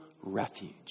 refuge